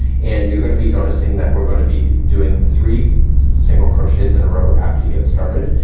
and you're gonna be noticing that we're gonna be doing three single crochets in a row after you get started,